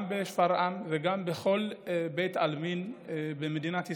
בשפרעם ובכל בית עלמין במדינת ישראל.